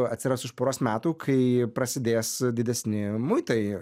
atsiras už poros metų kai prasidės didesni muitai